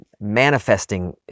manifesting